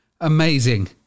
amazing